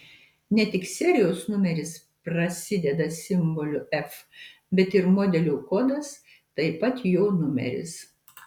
ne tik serijos numeris prasideda simboliu f bet ir modelio kodas taip pat jo numeris